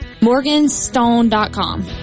MorganStone.com